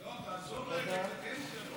לא, תעזור להן לקדם שלום.